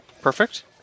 perfect